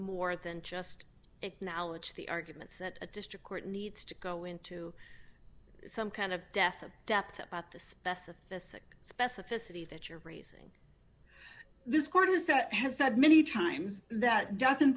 more than just acknowledge the arguments that a district court needs to go into some kind of death of depth about the specificity specificity that you're raising this court is that has said many times that doesn't